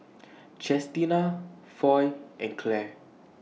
Chestina Foy and Clair